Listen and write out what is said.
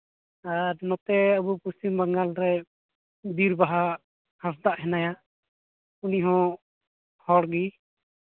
ᱟᱨ ᱱᱚᱛᱮ ᱟᱵᱚ ᱯᱚᱥᱪᱤᱢ ᱵᱟᱝᱜᱟᱞ ᱨᱮ ᱵᱤᱨ ᱵᱟᱦᱟ ᱦᱟᱸᱥᱫᱟᱜ ᱦᱮᱱᱟᱭᱟ ᱩᱱᱤᱦᱚᱸ ᱦᱚᱲᱜᱮ